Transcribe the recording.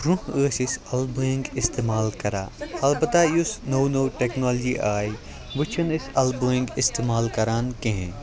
برٛونٛہہ ٲسۍ أسۍ اَلہٕ بٲنٛگۍ استعمال کَران البتہ یُس نٔو نٔو ٹیٚکنالجی آیہِ وۄنۍ چھِنہٕ أسۍ اَلہٕ بٲنٛگۍ استعمال کَران کِہیٖنۍ